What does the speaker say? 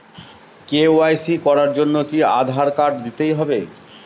KYC করার জন্য কি আধার কার্ড দিতেই হবে?